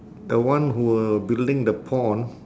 the one who uh building the pond